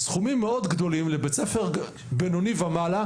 זה המון כסף לבית ספר בינוני ומעלה,